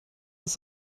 das